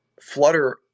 Flutter